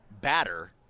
batter